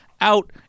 Out